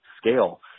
scale